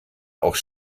auch